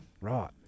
Right